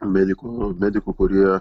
medikų medikų kurie